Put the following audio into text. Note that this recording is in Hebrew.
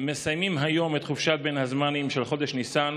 מסיימים היום את חופשת בין הזמנים של חודש ניסן